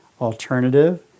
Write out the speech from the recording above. Alternative